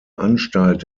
anstalt